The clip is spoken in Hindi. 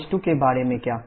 h2 के बारे में क्या